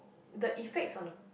the effects on a